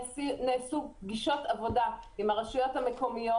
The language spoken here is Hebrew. נעשות פגישות עבודה עם הרשויות המקומיות.